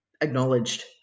acknowledged